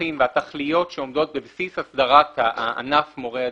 הצרכים והתכליות שעומדות בבסיס הסדרת ענף מורי הדרך,